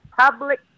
public